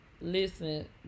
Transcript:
Listen